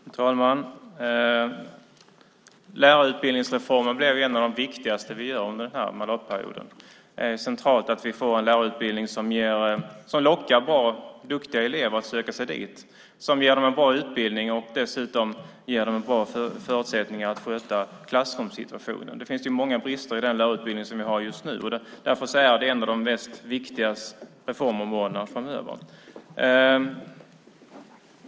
Fru talman! Lärarutbildningsreformen blir en av de viktigaste vi gör under den här mandatperioden. Det är centralt att vi får en lärarutbildning som lockar bra och duktiga elever att söka sig dit, som ger dem en bra utbildning och som dessutom ger dem bra förutsättningar att sköta klassrumssituationen. Det finns många brister i den lärarutbildning vi har just nu. Därför säger jag att det är ett av de viktigaste reformområdena framöver.